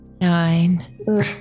Nine